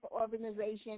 organization